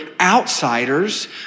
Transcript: outsiders